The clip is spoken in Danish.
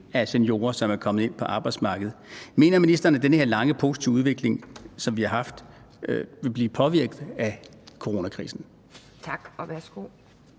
med seniorer, der er kommet ind på arbejdsmarkedet? Mener ministeren, at den her lange og positive udvikling, som vi har haft, vil blive påvirket af coronakrisen? Kl.